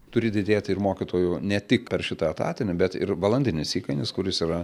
turi didėti ir mokytojų ne tik per šitą etatinį bet ir valandinis įkainis kuris yra